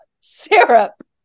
syrup